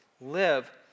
live